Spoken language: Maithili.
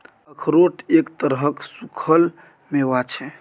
अखरोट एक तरहक सूक्खल मेवा छै